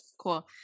cool